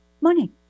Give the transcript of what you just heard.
money